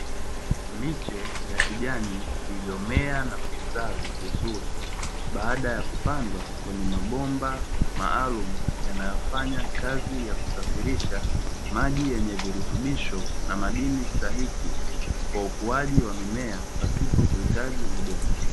Miche ya kijani iliyomea na kustawi vizuri baada ya kupandwa kwenye mabomba maalumu, yanayofanya kazi ya kusafrisha maji yenye virutubisho na madini stahiki, kwa ukuaji wa mimea pasipo kuhitaji udongo.